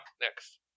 Next